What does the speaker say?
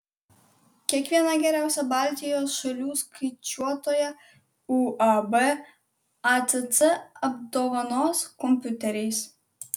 kiekvieną geriausią baltijos šalių skaičiuotoją uab acc apdovanos kompiuteriais